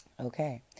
Okay